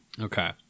Okay